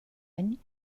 any